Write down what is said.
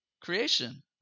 creation